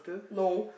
no